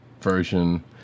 version